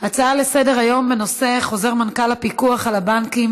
הצעות לסדר-היום בנושא: חוזר מנכ"ל הפיקוח על הבנקים